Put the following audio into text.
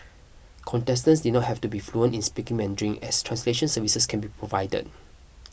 contestants did not have to be fluent in speaking Mandarin as translation services can be provided